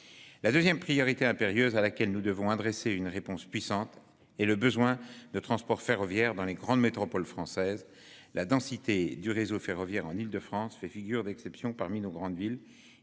La 2ème priorité impérieuse à laquelle nous devons adresser une réponse puissante et le besoin de transport ferroviaire dans les grandes métropoles françaises. La densité du réseau ferroviaire en Île-de-France fait figure d'exception parmi nos grandes villes,